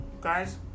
guys